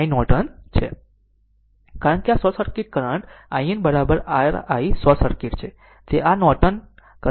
કારણ કે આ short circuit current i n r i short circuit છે તે r નોર્ટન કરંટ 2